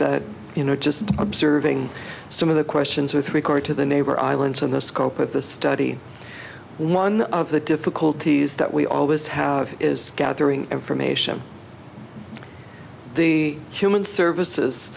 that you know just observing some of the questions with regard to the neighbor islands and the scope of the study one of the difficulties that we always have is gathering information the human services